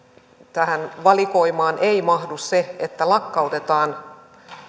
tähän valikoimaan ei mahdu se että lakkautetaan